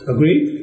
Agreed